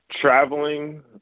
traveling